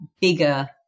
bigger